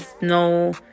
no